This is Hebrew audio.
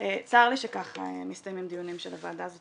צר לי שכך מסתיימים דיונים של הוועדה הזאת,